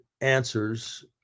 answers